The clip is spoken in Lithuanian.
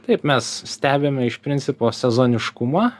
taip mes stebime iš principo sezoniškumą